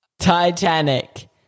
Titanic